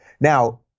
Now